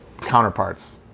counterparts